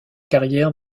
carrière